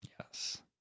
Yes